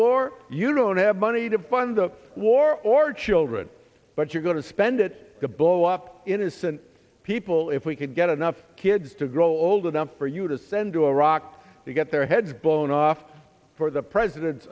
war you don't have money to fund the war or children but you're going to spend it to blow up innocent people if we can get enough kids to grow old enough for you to send to iraq to get their heads blown off for the president's